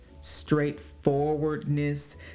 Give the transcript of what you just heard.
straightforwardness